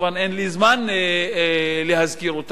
אין לי זמן להזכיר אותן כאן,